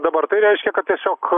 dabar tai reiškia kad tiesiog